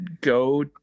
go